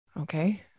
okay